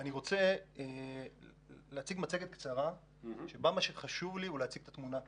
אני רוצה להציג מצגת קצרה שבה מה שחשוב לי הוא להציג את התמונה הכוללת,